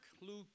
Luke